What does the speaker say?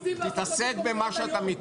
תתעסק במה שאתה מבין.